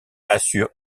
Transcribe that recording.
assure